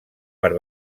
per